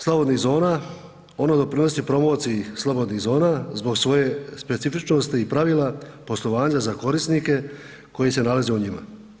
slobodnih zona ono doprinosi promociji slobodnih zona zbog svoje specifičnosti i pravila poslovanja za korisnike koji se nalaze u njima.